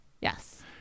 yes